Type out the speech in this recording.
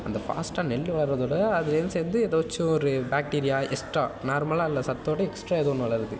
அந்த ஃபாஸ்ட்டாக நெல் வளருறததோட அதிலருந்து சேர்ந்து எதாச்சும் ஒரு பாக்டிரியா எக்ஸ்ட்ரா நார்மலாக உள்ள சத்தோட எக்ஸ்ட்ரா எதோ ஒன்று வளருது